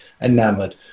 enamoured